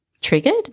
triggered